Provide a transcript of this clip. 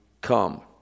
come